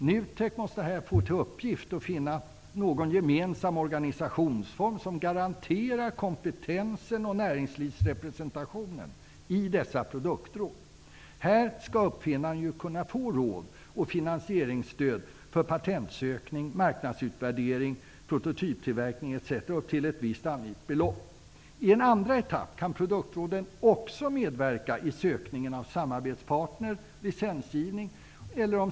NUTEK måste få till uppgift att finna någon gemensam organisationsform som garanterar kompetensen och näringslivsrepresentationen i dessa produktråd. Här skall uppfinnaren kunna få råd och finansieringsstöd för patentsökning, marknadsutvärdering, prototyptillverkning upp till ett visst angivet belopp. I en andra etapp kan produktråden också medverka i sökningen av samarbetspartner och licensgivning.